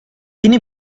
tiene